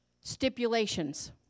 stipulations